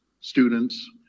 students